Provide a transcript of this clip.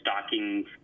stockings